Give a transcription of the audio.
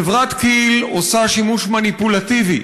חברת כי"ל עושה שימוש מניפולטיבי,